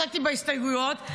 התעסקתי בהסתייגויות,